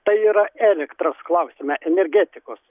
tai yra elektros klausime energetikos